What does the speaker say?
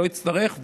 לא יצטרך,